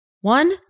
One